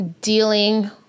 dealing